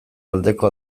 aldeko